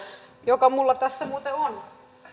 joka minulla tässä muuten on